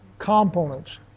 components